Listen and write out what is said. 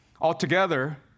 Altogether